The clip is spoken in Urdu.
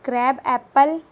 کریب ایپل